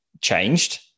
changed